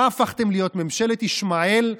מה הפכתם להיות, ממשלת ישמעאל?